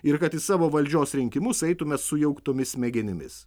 ir kad į savo valdžios rinkimus eitume sujauktomis smegenimis